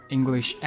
English